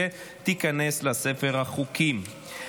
ותיכנס לספר החוקים.